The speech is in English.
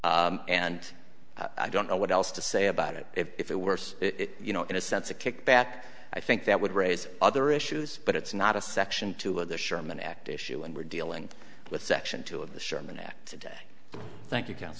complaint and i don't know what else to say about it if it worse you know in a sense a kickback i think that would raise other issues but it's not a section two of the sherman act issue and we're dealing with section two of the sherman act today thank you coun